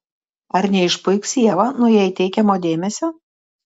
ar neišpuiks ieva nuo jai teikiamo dėmesio